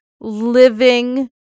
living